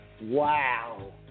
Wow